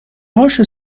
هاشو